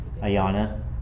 ayana